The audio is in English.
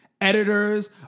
editors